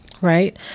Right